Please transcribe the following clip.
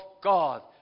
God